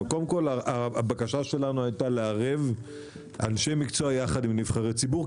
קודם כל הבקשה שלנו הייתה לערב אנשי מקצוע יחד עם נבחרי ציבור,